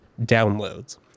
Downloads